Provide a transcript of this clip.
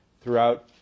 throughout